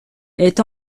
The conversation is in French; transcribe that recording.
est